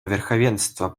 верховенства